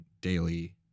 daily